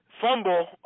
fumble